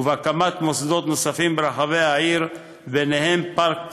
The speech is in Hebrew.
ובהקמת מוסדות נוספים ברחבי העיר, בהם פארק קק׳׳ל,